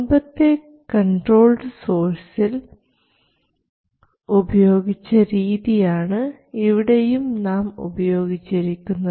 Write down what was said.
മുൻപത്തെ കൺട്രോൾഡ് സോഴ്സസിൽ ഉപയോഗിച്ച രീതിയാണ് ഇവിടെയും നാം ഉപയോഗിച്ചിരിക്കുന്നത്